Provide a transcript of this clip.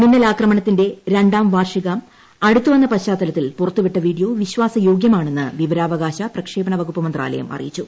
മിന്നലാക്രമണത്തിന്റെ രണ്ടാം വാർഷികം അടുത്തു വന്ന പശ്ചാത്തലത്തിൽ പുറത്തുവിട്ട വീഡിയോ വിശ്വാസ യോഗൃമാണ് എന്ന് വിവരാവകാശ പ്രക്ഷേപണ വകുപ്പ് മന്ത്രാലയം അറിയിച്ചു